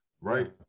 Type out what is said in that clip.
right